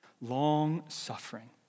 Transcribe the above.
Long-suffering